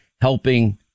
helping